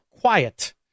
quiet